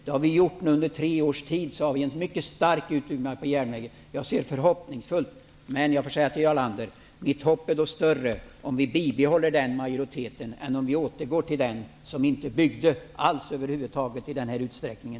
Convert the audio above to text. Det har vi nu gjort. Under tre års tid sker en mycket stark utbyggnad av järnvägen. Jag är förhoppningsfull. Men jag får säga till Jarl Lander: Mitt hopp är större om vi bibehåller den här majoriteten än om vi återgår till den som inte byggde alls i den här utsträckningen.